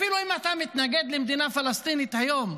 אפילו אם אתה מתנגד למדינה פלסטינית היום,